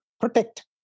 protect